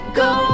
go